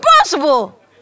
impossible